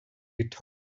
guitar